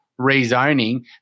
rezoning